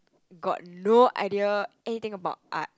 got no idea anything about art